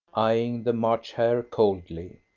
eyeing the march hare coldly.